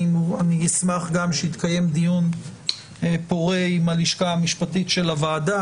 אני אשמח גם שיתקיים דיון פורה עם הלשכה המשפטית של הוועדה.